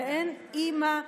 ואין אימא,